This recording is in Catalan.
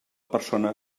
persona